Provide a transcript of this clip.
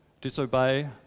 disobey